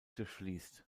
durchfließt